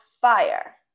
fire